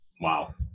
Wow